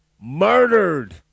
Murdered